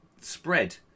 Spread